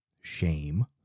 shame